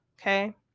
okay